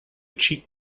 cheek